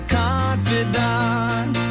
confidant